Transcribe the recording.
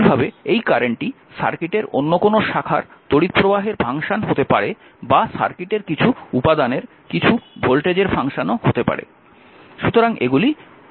একইভাবে এই কারেন্টটি সার্কিটের অন্য কোনও শাখার তড়িৎপ্রবাহের ফাংশন হতে পারে বা সার্কিটের কিছু উপাদানের কিছু ভোল্টেজের ফাংশনও হতে পারে